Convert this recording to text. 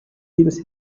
vieles